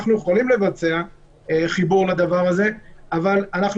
אנחנו יכולים לבצע חיבור לדבר הזה אבל אנחנו